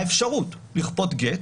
האפשרות לכפות גט,